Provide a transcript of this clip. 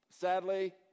Sadly